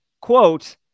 quote